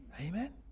Amen